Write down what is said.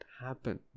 happen